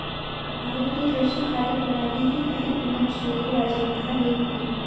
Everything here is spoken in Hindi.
भारत ने कृषि खाद्य प्रणाली की पहल उन्नतशील आजीविका हेतु की